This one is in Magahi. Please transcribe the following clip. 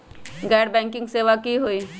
गैर बैंकिंग सेवा की होई?